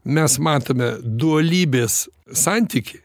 mes matome dualybės santykį